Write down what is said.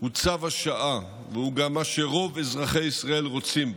הוא צו השעה והוא גם מה שרוב אזרחי ישראל רוצים בו.